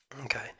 Okay